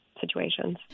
situations